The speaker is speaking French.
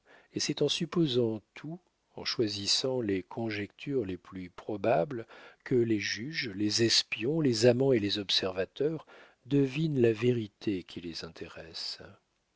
et c'est en supposant tout en choisissant les conjectures les plus probables que les juges les espions les amants et les observateurs devinent la vérité qui les intéresse